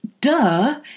duh